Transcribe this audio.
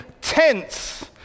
tents